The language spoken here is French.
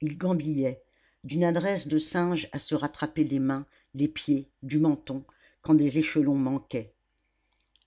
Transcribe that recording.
il gambillait d'une adresse de singe à se rattraper des mains des pieds du menton quand des échelons manquaient